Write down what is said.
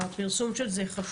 גם הפרסום של זה חשוב,